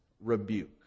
rebuke